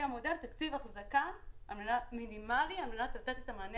תקציב האחזקה המינימלי על מנת לתת את המענה